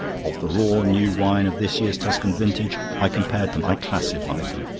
of the raw new wine of this year's tuscan vintage i compared them, i classified them.